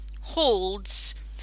holds